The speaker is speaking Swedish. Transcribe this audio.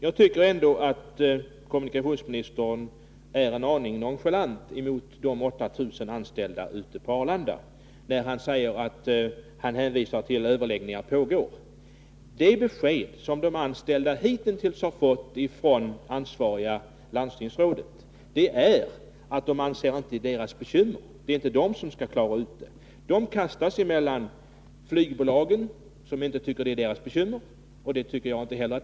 Jag tycker ändå att kommunikationsministern är en aning nonchalant mot de 8 000 anställda ute på Arlanda, när han hänvisar till att överläggningar pågår. Det besked som de anställda hitintills har fått från det ansvariga landstingsrådet är att man anser att det inte är deras bekymmer — det är inte de som skall klara detta problem. De anställda kastas mellan flygbolagen, som inte tycker att det är deras bekymmer; det tycker inte jag heller.